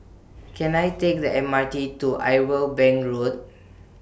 Can I Take The M R T to Irwell Bank Road